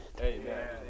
Amen